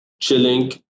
chilling